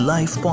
Life